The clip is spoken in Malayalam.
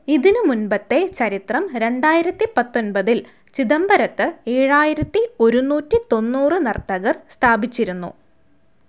ഇതിനു മുൻപത്തെ ചരിത്രം രണ്ടായിരത്തിപത്തൊൻപതിൽ ചിദംബരത്ത് ഏഴായിരത്തി ഒരുനൂറ്റിതൊണ്ണൂറു നർത്തകർ സ്ഥാപിച്ചിരുന്നു